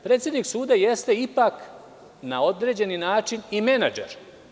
Predsednik suda jeste ipak na određeni način i menadžer.